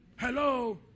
Hello